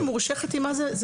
אני